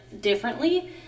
differently